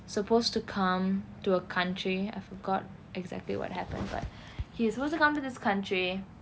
supposed to come to a country I forgot exactly what happens but he is supposed to come to this country